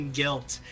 guilt